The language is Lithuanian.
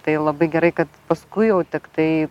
tai labai gerai kad paskui jau tiktai